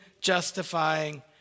justifying